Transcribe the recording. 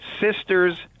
sister's